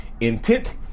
Intent